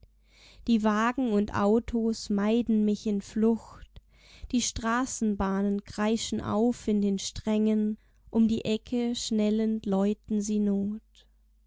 die wagen und autos meiden mich in flucht die straßenbahnen kreischen auf in den strängen um die ecke schnellend läuten sie not